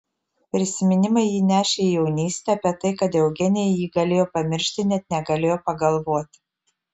prisiminimai jį nešė į jaunystę apie tai kad eugenija jį galėjo pamiršti net negalėjo pagalvoti